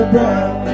Brown